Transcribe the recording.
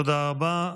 תודה רבה.